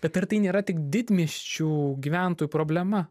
bet ar tai nėra tik didmiesčių gyventojų problema